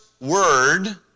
word